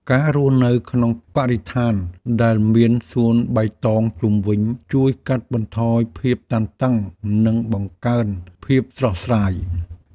ការរស់នៅក្នុងបរិស្ថានដែលមានសួនបៃតងជុំវិញជួយកាត់បន្ថយភាពតានតឹងនិងបង្កើនភាពស្រស់ស្រាយ។